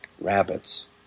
rabbits